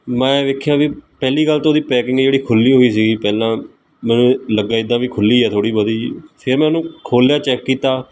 ਮੈਂ ਵੇਖਿਆ ਵੀ ਪਹਿਲਾਂ ਗੱਲ ਤਾਂ ਉਹਦੀ ਪੈਕਿੰਗ ਜਿਹੜੀ ਖੁੱਲ੍ਹੀ ਹੋਈ ਸੀ ਪਹਿਲਾਂ ਮੈਨੂੰ ਲੱਗਿਆ ਇੱਦਾਂ ਵੀ ਖੁੱਲ੍ਹੀ ਆ ਥੋੜ੍ਹੀ ਬਹੁਤੀ ਫਿਰ ਮੈਂ ਉਹਨੂੰ ਖੋਲ੍ਹਿਆ ਚੈੱਕ ਕੀਤਾ